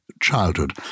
childhood